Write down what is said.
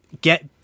get